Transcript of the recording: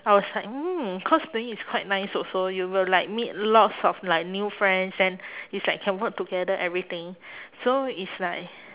I was like mm cosplaying is quite nice also you will like meet lots of like new friends and it's like can work together everything so it's like